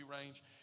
range